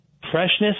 Freshness